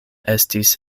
estis